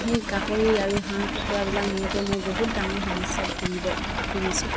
সেই গাখৰি আৰু হাঁহ কুকুৰাবিলাক মৰোতে মই বহুত ডাঙৰ সমস্যাত ভুগিব ভুগিছোঁ